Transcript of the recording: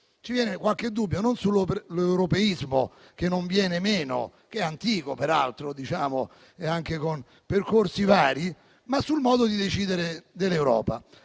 ci sorge qualche dubbio, non sull'europeismo, che non viene meno e che peraltro è antico, anche con percorsi vari, ma sul modo di decidere dell'Europa,